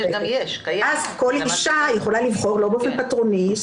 --- אז כל אישה יכולה לבחור לא באופן פטרוני,